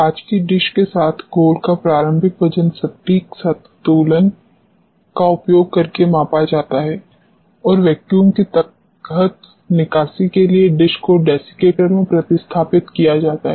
कांच की डिश के साथ घोल का प्रारंभिक वजन सटीक संतुलन का उपयोग करके मापा जाता है और वैक्यूम के तहत निकासी के लिए डिश को डेसीकेटर में प्रतिस्थापित किया जाता है